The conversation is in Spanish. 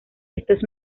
estos